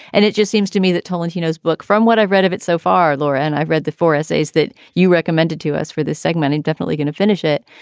and it just seems to me that tolentino is book from what i read of it so far. laura and i read the four essays that you recommended to us for this segment. and definitely going to finish it.